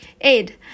Ed